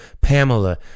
Pamela